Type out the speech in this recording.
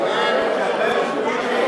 הצעת